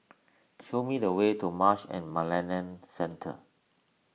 show me the way to Marsh and McLennan Centre